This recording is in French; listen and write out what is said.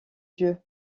dieu